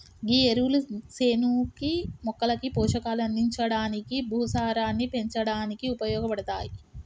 గీ ఎరువులు సేనుకి మొక్కలకి పోషకాలు అందించడానికి, భూసారాన్ని పెంచడానికి ఉపయోగపడతాయి